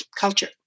culture